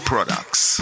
Products